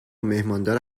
مهماندار